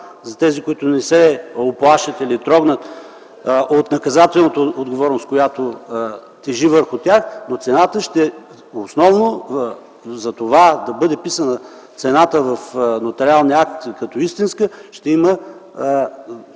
за тези, които не се уплашат или трогнат от наказателната отговорност, която тежи върху тях, но цената ще е основно за това да бъде писана цената в нотариалния акт като истинска. Ще има